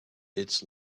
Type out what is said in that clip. its